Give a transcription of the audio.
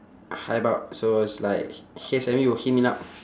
hype up so it's like